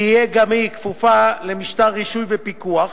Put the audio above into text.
תהיה גם היא כפופה למשטר רישוי ופיקוח.